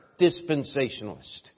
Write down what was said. dispensationalist